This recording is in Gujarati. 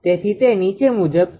તેથી તે નીચે મુજબ છે